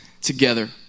together